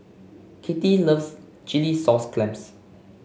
Kittie loves Chilli Sauce Clams